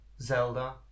Zelda